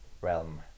realm